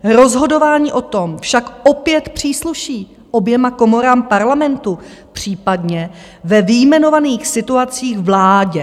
Rozhodování o tom však opět přísluší oběma komorám Parlamentu, případně ve vyjmenovaných situacích vládě.